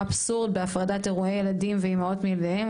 פסול בהפרדת אירועי ילדים ואימהות מילדיהן,